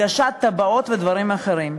הגשת תב"עות ודברים אחרים.